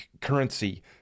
currency